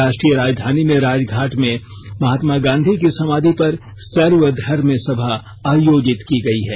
राष्ट्रीय राजधानी में राजघाट में महात्मा गांधी की समाधि पर सर्वधर्म सभा आयोजित की गई है